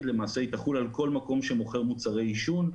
יחולו על כל מקום שמוכר מוצרי עישון.